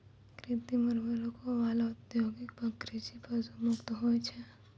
कृत्रिम उर्वरको वाला औद्योगिक कृषि पशु मुक्त होय छै